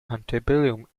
antebellum